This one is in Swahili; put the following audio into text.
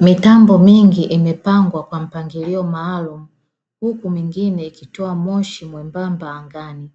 Mitambo mingi imepangwa kwa mpangilio maalum huku mingine ikitoa moshi mwembanba angani,